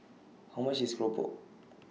How much IS Keropok